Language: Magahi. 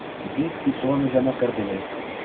बिस किस्तवा मे जमा कर देवै?